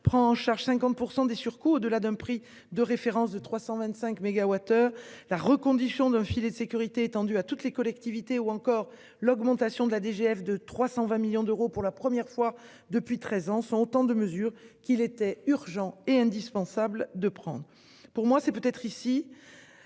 prend en charge 50% des surcoûts de d'un prix de référence de 325 MWh la reconduction d'un filet de sécurité étendu à toutes les collectivités ou encore l'augmentation de la DGF de 320 millions d'euros pour la première fois depuis 13 ans, sont autant de mesures qu'il était urgent et indispensable de prendre pour moi c'est peut être ici